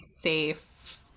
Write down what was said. safe